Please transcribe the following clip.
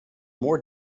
more